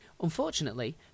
Unfortunately